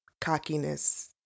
cockiness